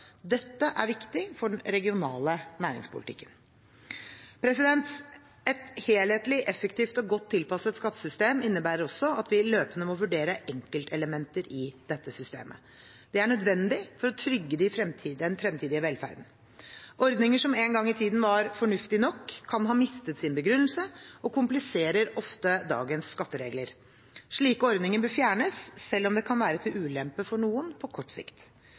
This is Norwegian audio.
Dette er viktig for den regionale næringspolitikken. Et helhetlig, effektivt og godt tilpasset skattesystem innebærer også at vi løpende må vurdere enkeltelementer i dette systemet. Det er nødvendig for å trygge den fremtidige velferden. Ordninger som en gang i tiden var fornuftige nok, kan ha mistet sin begrunnelse og kompliserer ofte dagens skatteregler. Slike ordninger bør fjernes, selv om det kan være til ulempe for noen på kort sikt.